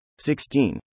16